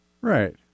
Right